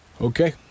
Okay